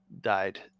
died